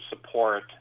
support